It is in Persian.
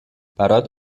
برات